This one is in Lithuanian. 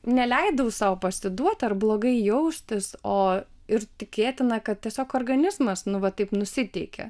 neleidau sau pasiduot ar blogai jaustis o ir tikėtina kad tiesiog organizmas nu va taip nusiteikė